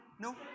No